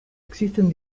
existen